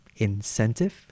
incentive